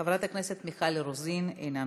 חברת הכנסת מיכל רוזין, אינה נוכחת,